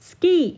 Ski